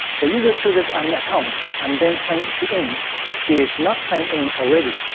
the user chooses an account and then signs in if he is not signed in already.